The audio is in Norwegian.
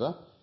sak